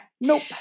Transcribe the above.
Nope